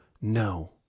no